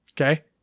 Okay